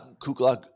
Kukla